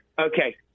Okay